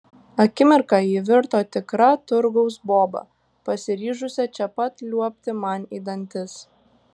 akimirką ji virto tikra turgaus boba pasiryžusia čia pat liuobti man į dantis